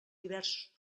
diversos